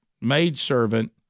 maidservant